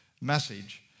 message